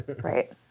Right